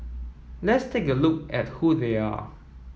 let's take a look at who they are